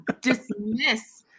dismiss